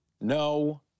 No